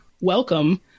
welcome